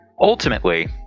Ultimately